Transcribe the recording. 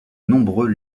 nombreux